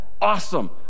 awesome